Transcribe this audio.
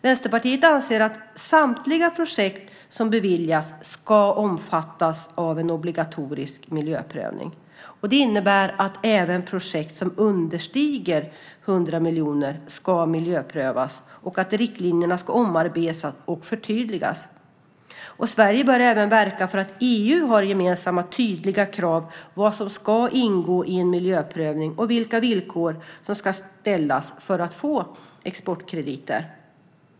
Vänsterpartiet anser att samtliga projekt som beviljas ska omfattas av obligatorisk miljöprövning. Det innebär att även projekt som understiger 100 miljoner ska miljöprövas och att riktlinjerna ska omarbetas och förtydligas. Sverige bör även verka för att EU har gemensamma tydliga krav på vad som ska ingå i en miljöprövning och vilka villkor som ska ställas för att få exportkrediter.